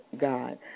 God